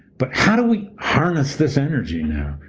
but how do we harness this energy now,